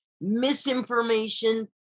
misinformation